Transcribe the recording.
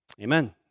Amen